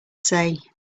say